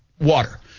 water